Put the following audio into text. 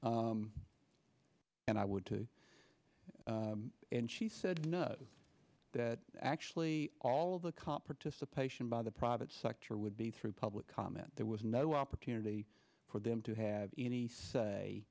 and i would too and she said no that actually all of the calm participation by the private sector would be through public comment there was no opportunity for them to have any say